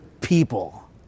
people